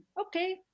okay